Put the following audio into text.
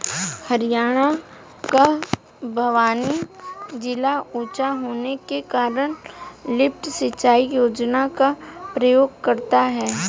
हरियाणा का भिवानी जिला ऊंचा होने के कारण लिफ्ट सिंचाई योजना का प्रयोग करता है